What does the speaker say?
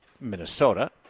Minnesota